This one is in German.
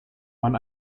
man